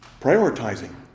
prioritizing